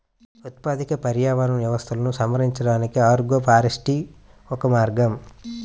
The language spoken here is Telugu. ఉత్పాదక పర్యావరణ వ్యవస్థలను సంరక్షించడానికి ఆగ్రోఫారెస్ట్రీ ఒక మార్గం